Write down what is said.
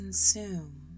Consume